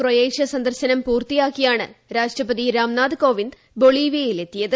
Croatia സന്ദർശനം പൂർത്തിയാക്കിയാണ് രാഷ്ട്രപതി രാംനാഥ് കോവിന്ദ് ബൊളിവിയയിൽ എത്തിയത്